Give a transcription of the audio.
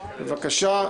בבקשה.